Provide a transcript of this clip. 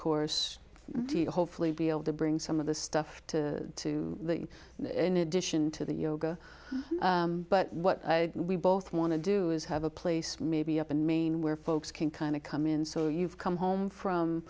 you hopefully be able to bring some of this stuff to to you in addition to the yoga but what we both want to do is have a place maybe up in maine where folks can kind of come in so you've come home from